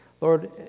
Lord